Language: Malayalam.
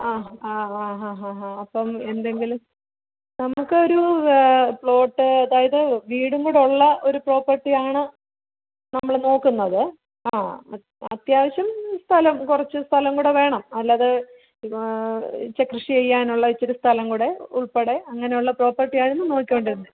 ആ ആ ആ ഹാ ഹാ ഹാ അപ്പം എന്തെങ്കിലും നമുക്കൊരു പ്ലോട്ട് അതായത് വീടും കൂടൊള്ള ഒരു പ്രോപ്പട്ടിയാണ് നമ്മൾ നോക്കുന്നത് ആ അത്യാവശ്യം സ്ഥലം കുറച്ച് സ്ഥലം കൂടെ വേണം അല്ലാതെ ഇച്ചി കൃഷി ചെയ്യാനുള്ള ഇത്തിരി സ്ഥലം കൂടെ ഉൾപ്പടെ അങ്ങനുള്ള പ്രോപ്പർട്ടിയായിരുന്നു നോക്കേണ്ടിയിരുന്നത്